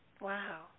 Wow